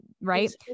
right